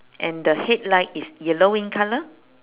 and the headlight is yellow in colour